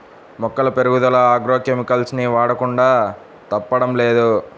మొక్కల పెరుగుదల agro chemicals ని వాడకుండా తప్పడం లేదు